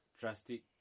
drastic